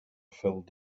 filled